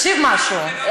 תקשיב למשהו,